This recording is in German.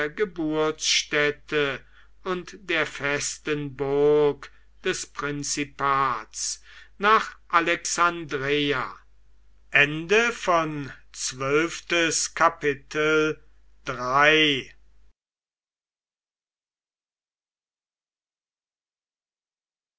geburtsstätte und der festen burg des prinzipats nach alexandreia